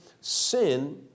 sin